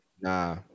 nah